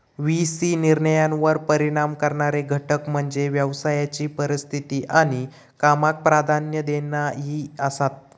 V C निर्णयांवर परिणाम करणारे घटक म्हणजे व्यवसायाची परिस्थिती आणि कामाक प्राधान्य देणा ही आसात